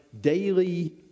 daily